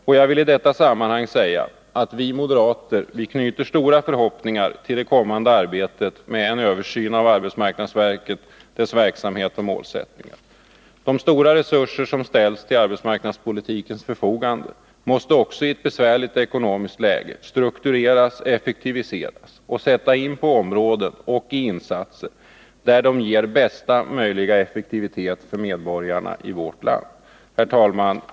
Och jag vill i detta sammanhang säga att vi moderater knyter stora förhoppningar till det kommande arbetet med en översyn av arbetsmarknadsverket, dess verksamhet och målsättningar. De stora resurser som ställts till arbetsmarknadspolitikens förfogande måste också i ett besvärligt ekonomiskt läge struktureras, effektiviseras och sättas in på områden där de ger bästa möjliga resultat för medborgarna i vårt land. Herr talman!